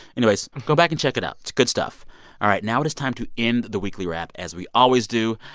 anyways, go back and check it out. it's good stuff all right. now it is time to end the weekly wrap as we always do.